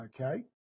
okay